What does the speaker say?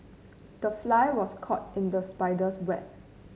the fly was caught in the spider's web